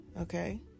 Okay